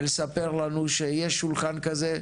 ולספר לנו שיהיה שולחן כזה,